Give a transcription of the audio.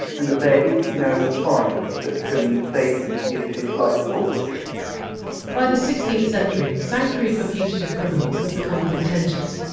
and that there is no fine that can save him his his life is forfeit by the sixteenth century, sanctuary for fugitive criminals had become contentious,